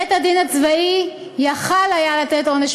בית-הדין הצבאי יכול היה לתת עונש